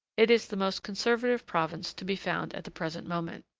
it is the most conservative province to be found at the present moment.